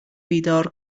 بیدار